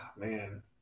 Man